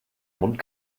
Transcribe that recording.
mund